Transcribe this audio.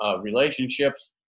relationships